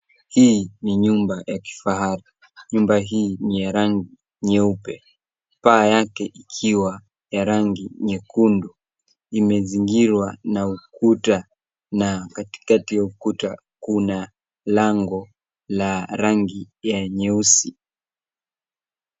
Hii ni nyumba ya kifahari. Nyumba hii ni ya rangi nyeupe paa yake ikiwa ya rangi nyekundu. Imezingirwa na ukuta na katikati ya ukuta kuna lango la rangi ya nyeusi.